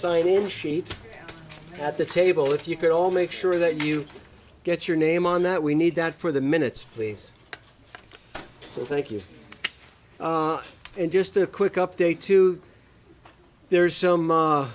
sign in sheet at the table if you could all make sure that you get your name on that we need that for the minutes please so thank you and just a quick update too there's so